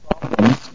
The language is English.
problems